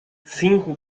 cinco